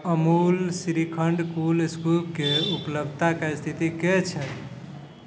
Amul shrikhand cool scoop के उपलब्धताक स्थिति की अछि